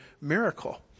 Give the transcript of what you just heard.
miracle